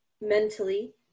mentally